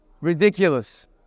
ridiculous